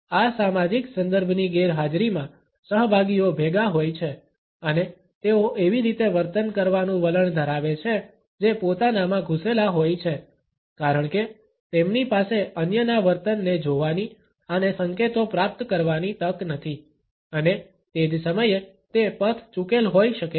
આ સામાજિક સંદર્ભની ગેરહાજરીમાં સહભાગીઓ ભેગા હોય છે અને તેઓ એવી રીતે વર્તન કરવાનું વલણ ધરાવે છે જે પોતાનામાં ઘૂસેલા હોય છે કારણ કે તેમની પાસે અન્યના વર્તનને જોવાની અને સંકેતો પ્રાપ્ત કરવાની તક નથી અને તે જ સમયે તે પથ ચૂકેલ હોય શકે છે